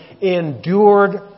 endured